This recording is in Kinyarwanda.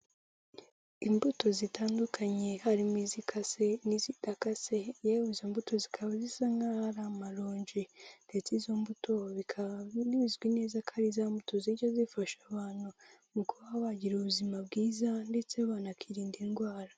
Imbuto zitandukanye harimo izikase n'izidakase, yewe izo mbuto zikaba zisa nkaho ari amaronji ndetse izo mbuto bikaba binzwi neza ko ari za mbuto zijya zifasha abantu mu kuba bagira ubuzima bwiza ndetse banakwirinda indwara.